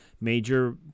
Major